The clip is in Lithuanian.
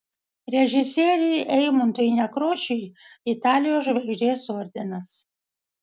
režisieriui eimuntui nekrošiui italijos žvaigždės ordinas